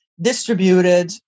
distributed